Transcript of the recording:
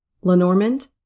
lenormand